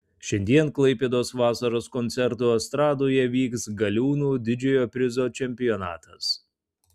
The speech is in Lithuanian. šiandien klaipėdos vasaros koncertų estradoje vyks galiūnų didžiojo prizo čempionatas